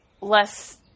less